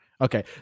Okay